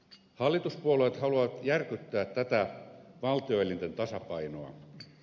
hallituspuolueet haluavat järkyttää tätä valtioelinten tasapainoa